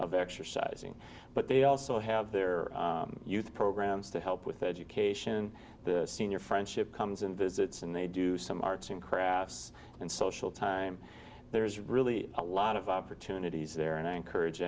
of exercising but they also have their youth programs to help with education the senior friendship comes and visits and they do some arts and crafts and social time there is really a lot of opportunities there and i encourage